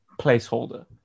placeholder